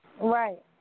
Right